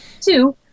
Two